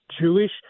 Jewish